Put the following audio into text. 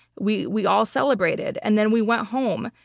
we we all celebrated, and then we went home.